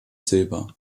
silber